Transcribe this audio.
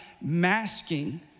masking